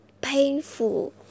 painful